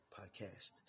Podcast